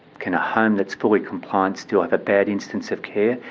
can a home that is fully compliant still have a bad instance of care?